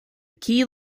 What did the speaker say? key